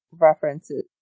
References